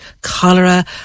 cholera